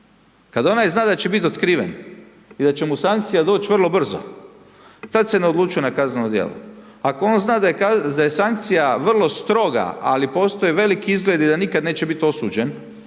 Kada onaj zna da će biti otkriven i da će mu sankcija doći vrlo brzo tada se ne odlučuje na kazneno djelo. Ako on zna da je sankcija vrlo stroga ali postoje veliki izgledi da nikada neće biti osuđen,